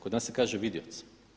Kod nas se kaže vidioc.